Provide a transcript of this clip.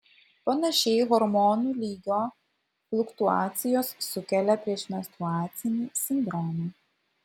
panašiai hormonų lygio fluktuacijos sukelia priešmenstruacinį sindromą